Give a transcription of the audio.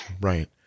Right